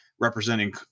representing